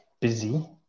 busy